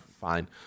fine